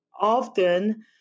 often